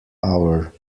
hour